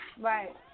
Right